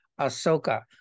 Ahsoka